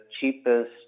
cheapest